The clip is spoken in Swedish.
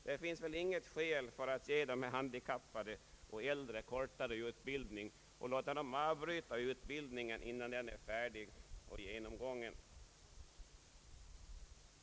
Det finns väl inget skäl för att ge de handikappade och de äldre kortare utbildning, att låta dem avbryta utbildningen innan den är helt genomgången.